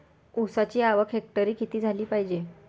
ऊसाची आवक हेक्टरी किती झाली पायजे?